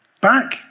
Back